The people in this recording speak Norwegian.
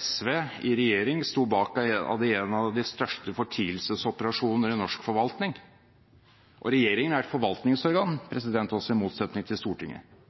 SV i regjering sto bak en av de største fortielsesoperasjoner i norsk forvaltning. Og regjeringen er et forvaltningsorgan, i motsetning til Stortinget.